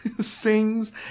sings